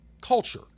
culture